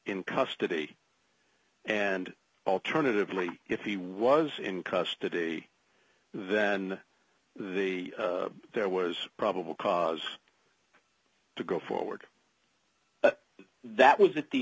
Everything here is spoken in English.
in custody and alternatively if he was in custody then the there was probable cause to go forward that wasn't the